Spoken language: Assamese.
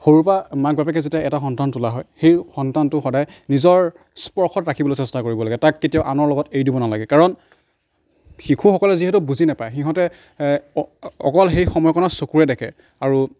সৰুৰপৰা মাক বাপেকে যেতিয়া এটা সন্তান তোলা হয় সেই সন্তানটো সদায় নিজৰ স্পৰ্শত ৰাখিবলৈ চেষ্টা কৰিব লাগে তাক কেতিয়াও আনৰ লগত এৰি দিব নালাগে কাৰণ শিশুসকলে যিহেতু বুজি নাপায় সিহঁতে অকল সেই সময়কণক চকুৰে দেখে আৰু